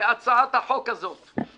בהצעת החוק הזאת.